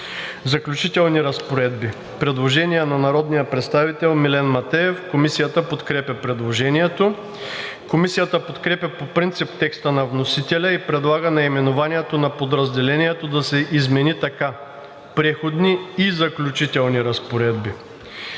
„Заключителни разпоредби“. Предложение на народния представител Милен Матеев. Комисията подкрепя предложението. Комисията подкрепя по принцип текста на вносителя и предлага наименованието на подразделението да се измени така: „Преходни и заключителни разпоредби“.